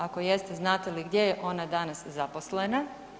Ako jeste znate li gdje je ona danas zaposlena?